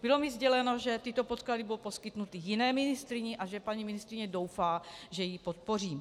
Bylo mi sděleno, že tyto podklady budou poskytnuty jiné ministryni a že paní ministryně doufá, že ji podpořím.